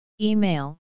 Email